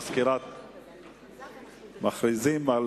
ברשות יושב-ראש הישיבה,